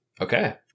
Okay